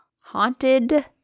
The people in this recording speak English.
Haunted